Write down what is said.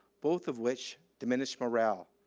both of which diminish moral.